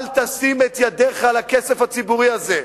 אל תשים את ידיך על הכסף הציבורי הזה.